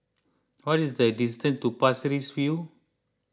what is the distance to Pasir Ris View